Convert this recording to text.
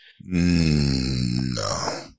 No